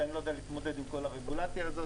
כי אני לא יודע להתמודד עם כל הרגולציה הזאת.